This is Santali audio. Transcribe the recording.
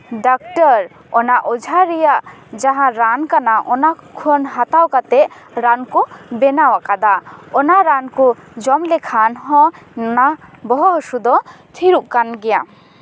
ᱰᱟᱠᱛᱟᱨ ᱚᱱᱟ ᱚᱡᱷᱟ ᱨᱮᱭᱟᱜ ᱡᱟᱦᱟᱸ ᱨᱟᱱ ᱠᱟᱱᱟ ᱚᱱᱟ ᱠᱷᱚᱱ ᱦᱟᱛᱟᱣ ᱠᱟᱛᱮᱫ ᱨᱟᱱ ᱠᱚ ᱵᱮᱱᱟᱣ ᱟᱠᱟᱫᱟ ᱚᱱᱟ ᱨᱟᱱ ᱠᱚ ᱡᱚᱢ ᱞᱮᱠᱷᱟᱱ ᱦᱚᱸ ᱚᱱᱟ ᱵᱚᱦᱚᱜ ᱦᱟᱥᱩ ᱫᱚ ᱛᱷᱤᱨᱚᱜ ᱠᱟᱱ ᱜᱮᱭᱟ